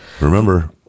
Remember